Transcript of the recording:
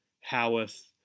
Howarth